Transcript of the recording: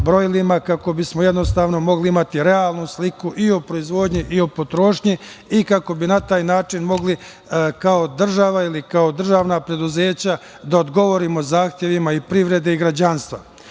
kako bismo jednostavno mogli imati realnu sliku i o proizvodnji i o potrošnji i kako bi na taj način mogli kao država ili kao državna preduzeća da odgovorimo zahtevima i privrede i građanstva. Mi